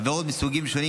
עבירות מסוגים שונים,